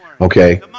okay